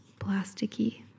plasticky